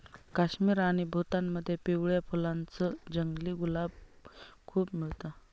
काश्मीर आणि भूतानमध्ये पिवळ्या फुलांच जंगली गुलाब खूप मिळत